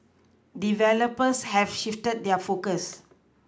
developers have shifted their focus